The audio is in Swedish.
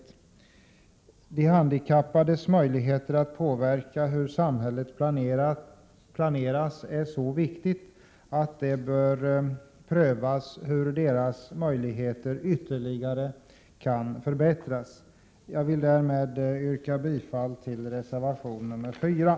Att de handikappade har möjligheter att påverka hur samhället planeras är så viktigt att det bör prövas hur dessa möjligheter ytterligare kan förbättras. Jag vill härmed yrka bifall till reservation 4.